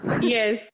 Yes